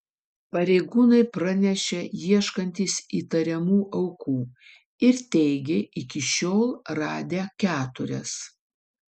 pareigūnai pranešė ieškantys įtariamų aukų ir teigė iki šiol radę keturias